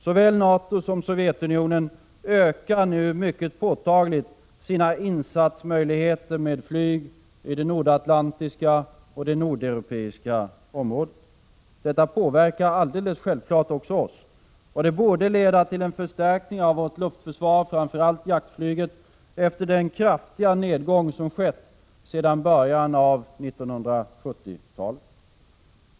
Såväl NATO som Sovjetunionen ökar påtagligt sina insatsmöjligheter med flyg i det nordatlantiska och nordeuropeiska området. Detta påverkar också oss, och borde leda till en förstärkning av vårt luftförsvar, framför allt jaktflyget, efter den kraftiga nedgång som skett sedan början av 1970-talet.